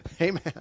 Amen